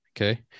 Okay